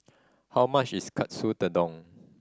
how much is Katsu Tedon